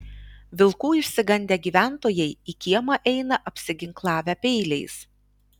vilkų išsigandę gyventojai į kiemą eina apsiginklavę peiliais